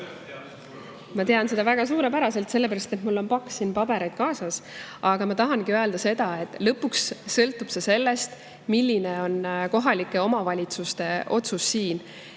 Ma tean seda väga suurepäraselt, sellepärast et mul on siin pakk pabereid kaasas. Aga ma tahangi öelda seda, et lõpuks sõltub see sellest, milline on kohalike omavalitsuste otsus.